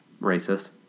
Racist